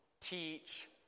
teach